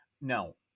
No